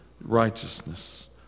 righteousness